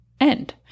end